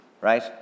Right